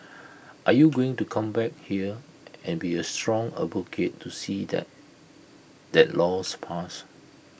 are you going to come back up here and be A strong advocate to see that that law's passed